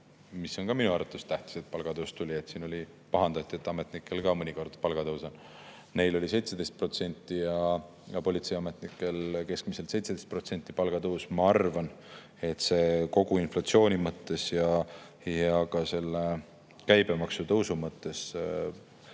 see on ka minu arvates tähtis, et palgatõus tuli, siin pahandati, et ametnikel ka mõnikord palgatõus on, neil oli 17% ja politseiametnikel keskmiselt 17% –, ma arvan, et see kogu inflatsiooni mõttes ja ka käibemaksu tõusu mõttes